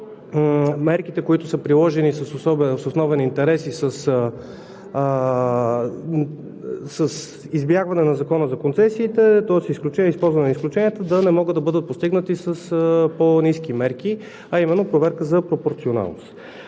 мерките, които са приложени с основен интерес и с избягване на Закона за концесиите, тоест използване на изключенията да не могат да бъдат постигнати с по-ниски мерки, а именно проверка за пропорционалност.